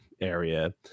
area